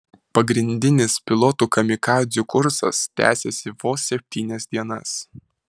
pagrindinis pilotų kamikadzių kursas tęsėsi vos septynias dienas